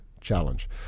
Challenge